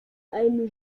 einem